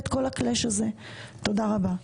תודה רבה.